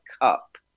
Cup